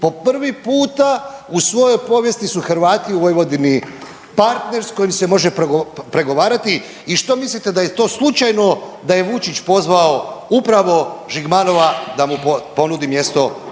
po prvi puta u svojoj povijesti su Hrvati u Vojvodini partner s kojim se može pregovarati i što mislite da je to slučajno da je Vučić pozvao upravo Žigmanova da mu ponudi mjesto